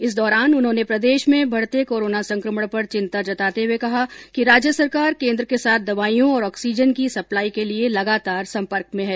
इस दौरान उन्होंने प्रदेश में बढते कोरोना संकमण पर चिंता जताते हुए कहा कि राज्य सरकार केन्द्र के साथ दवाइयों और ऑक्सीजन की सप्लाई के लिए लगातार संपर्क में है